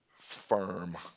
firm